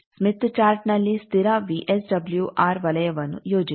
Smith ಚಾರ್ಟ್ನಲ್ಲಿ ಸ್ಥಿರ VSWR ವಲಯವನ್ನು ಯೋಜಿಸಿ